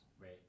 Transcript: right